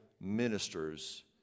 ministers